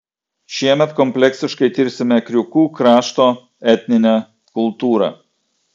šiemet kompleksiškai tirsime kriūkų krašto etninę kultūrą